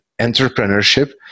entrepreneurship